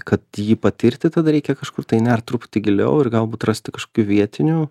kad jį patirti tada reikia kažkur tai nert truputį giliau ir galbūt rasti kažkokių vietinių